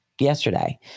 yesterday